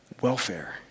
welfare